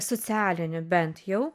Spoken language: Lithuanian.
socialinių bent jau